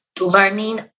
learning